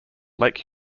lake